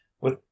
with